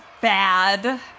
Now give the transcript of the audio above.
bad